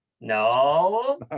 No